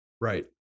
Right